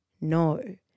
No